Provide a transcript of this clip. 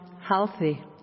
healthy